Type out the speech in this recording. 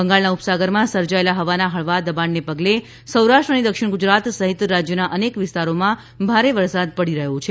બંગાળના ઉપસાગરમાં સર્જાયેલા હવાના હળવા દબાણને પગલે સૌરાષ્ટ્ર અને દક્ષિણ ગુજરાત સહીત રાજ્યના અનેક વિસ્તારોમાં ભારે વરસાદ પડી રહ્યો છે